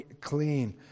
clean